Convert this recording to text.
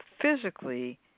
physically